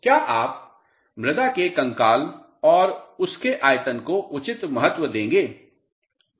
क्या आप मृदा के कंकाल और उसके आयतन को उचित महत्व देतें हैं